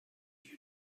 you